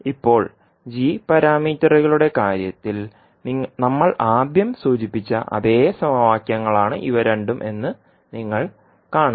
ഇപ്പോൾ g പാരാമീറ്ററുകളുടെ കാര്യത്തിൽ നമ്മൾ ആദ്യം സൂചിപ്പിച്ച അതേ സമവാക്യങ്ങളാണ് ഇവ രണ്ടും എന്ന് നിങ്ങൾ കാണും